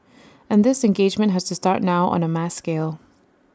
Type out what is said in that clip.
and this engagement has to start now on A mass scale